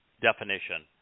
definition